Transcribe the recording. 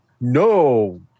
no